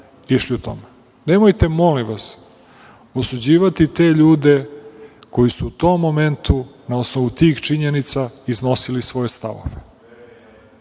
išli o tome. Nemojte, molim vas, osuđivati te ljude koji su u tom momentu, na osnovu tih činjenica iznosili svoje stavove,